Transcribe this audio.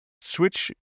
switch